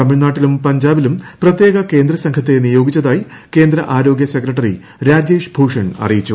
തമിഴ്നാട്ടിലും പഞ്ചാബിലും പ്രത്യേക കേന്ദ്ര സംഘത്തെ നിയോഗിച്ചതായി കേന്ദ്ര ആരോഗൃ സെക്രട്ടറി രാജേഷ് ഭൂഷൺ അറിയിച്ചു